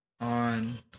on